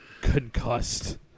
concussed